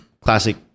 classic